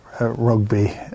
rugby